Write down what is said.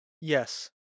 Yes